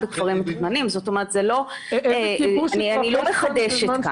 אני לא מחדשת כאן.